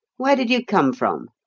where did you come from?